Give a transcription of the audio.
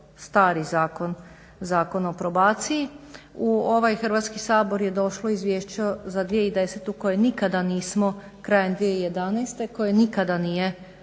stari Zakon o probaciji. U ovaj Hrvatski sabor je došlo izvješće za 2010.krajem 2011. Koje nikada nije